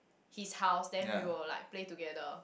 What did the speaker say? his house then we will like play together